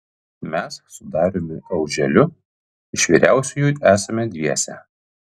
mes su dariumi auželiu iš vyriausiųjų esame dviese